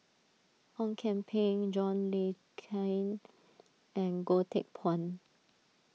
Ong Kian Peng John Le Cain and Goh Teck Phuan